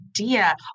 idea